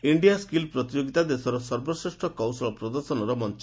India skill ପ୍ରତିଯୋଗିତା ଦେଶର ସର୍ବଶ୍ରେଷ୍ କୌଶଳ ପ୍ରଦର୍ଶନର ମଞ୍ଚ